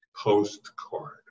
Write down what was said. postcard